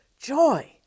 joy